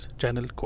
channel